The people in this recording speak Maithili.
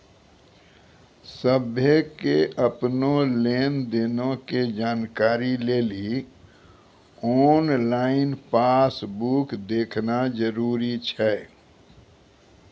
सभ्भे के अपनो लेन देनो के जानकारी लेली आनलाइन पासबुक देखना जरुरी छै